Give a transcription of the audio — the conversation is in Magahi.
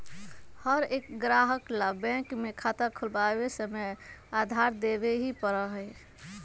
हर एक ग्राहक ला बैंक में खाता खुलवावे समय आधार देवे ही पड़ा हई